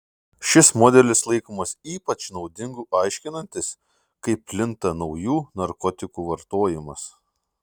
šis modelis laikomas ypač naudingu aiškinantis kaip plinta naujų narkotikų vartojimas